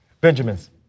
Benjamin's